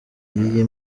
y’iyi